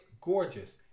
gorgeous